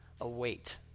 await